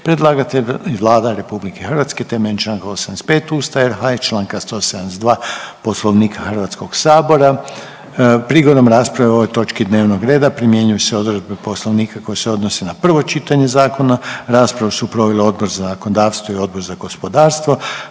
Predlagatelj je Vlada RH temeljem čl. 85. Ustava RH i čl. 172. Poslovnika HS. Prigodom rasprave o ovoj točki dnevnog reda primjenjuju se odredbe Poslovnika koje se odnose na prvo čitanje zakona. Raspravu su proveli Odbor za zakonodavstvo i Odbor za gospodarstvo.